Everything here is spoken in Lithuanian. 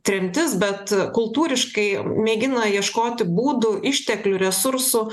tremtis bet kultūriškai mėgina ieškoti būdų išteklių resursų